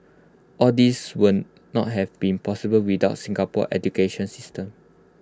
all these would not have been possible without Singapore's education system